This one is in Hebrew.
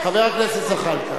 חבר הכנסת זחאלקה.